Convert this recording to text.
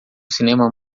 cinema